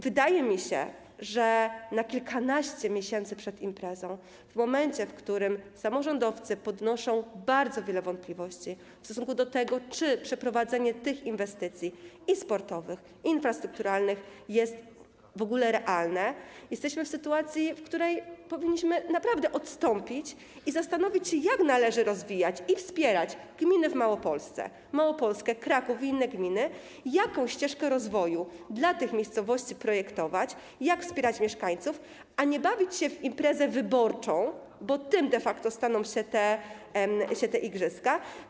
Wydaje mi się, że na kilkanaście miesięcy przed imprezą, w momencie, w którym samorządowcy podnoszą bardzo wiele wątpliwości w stosunku do tego, czy przeprowadzenie tych inwestycji i sportowych, i infrastrukturalnych jest w ogóle realne, jesteśmy w sytuacji, w której powinniśmy naprawdę odstąpić i zastanowić się, jak należy rozwijać i wspierać gminy w Małopolsce, Małopolskę, Kraków i inne gminy, jaką ścieżkę rozwoju dla tych miejscowości projektować, jak wspierać mieszkańców, a nie bawić się w imprezę wyborczą, bo tym de facto staną się te igrzyska.